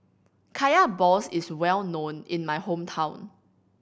Kaya balls is well known in my hometown